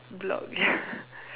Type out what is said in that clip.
block ya